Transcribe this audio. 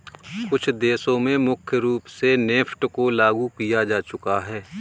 कुछ देशों में मुख्य रूप से नेफ्ट को लागू किया जा चुका है